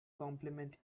complement